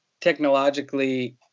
technologically